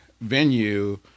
venue